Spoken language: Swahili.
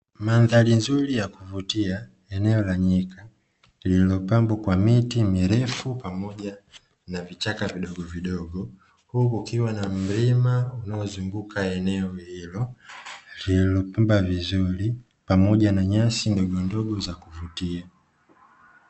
Mandhari nzuri ya kuvutia eneo la nyika lililopambwa kwa miti mirefu pamoja na vichaka vidogovidogo, huku kukiwa na mlima unaozunguka eneo hilo lililopambwa vizuri pamoja na nyasi ndogondogo za kuvutia.